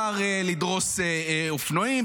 אפשר לדרוס אופנוענים,